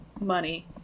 money